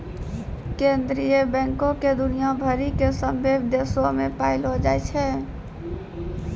केन्द्रीय बैंको के दुनिया भरि के सभ्भे देशो मे पायलो जाय छै